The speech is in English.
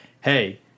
hey